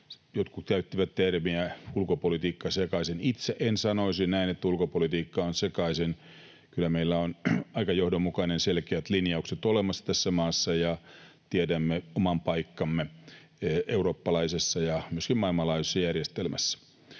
jotkut käyttivät termiä — ulkopolitiikka sekaisin. Itse en sanoisi näin, että ulkopolitiikka on sekaisin. Kyllä meillä on aika johdonmukaiset, selkeät linjaukset olemassa tässä maassa, ja tiedämme oman paikkamme eurooppalaisessa ja myöskin maailmanlaajuisessa järjestelmässä.